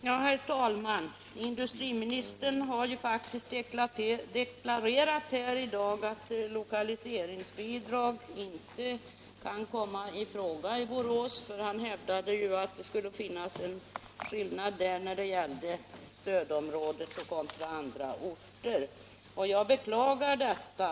Åtgärder för textil Herr talman! Industriministern har ju faktiskt i dag deklarerat att lo — och konfektions kaliseringsbidrag inte kan komma i fråga i Borås. Han hävdade att det — industrierna borde finnas en skillnad när det gäller stödområdet kontra andra orter. Jag beklagar detta.